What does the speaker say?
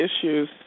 issues